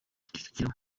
kicukiro